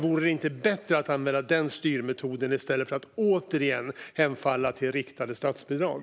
Vore det inte bättre att använda den styrmetoden i stället för att återigen hemfalla till riktade statsbidrag?